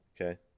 Okay